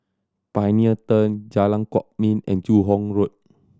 Pioneer Turn Jalan Kwok Min and Joo Hong Road